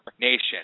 nation